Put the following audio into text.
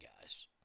guys